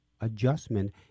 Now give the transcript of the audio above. adjustment